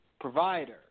provider